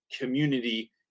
community